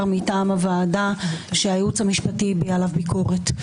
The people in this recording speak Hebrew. מטעם הוועדה שהייעוץ המשפטי הביע עליו ביקורת.